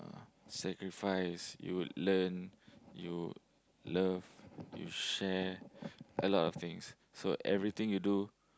sacrifice you learn you love you share a lot of things so everything you do